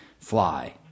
fly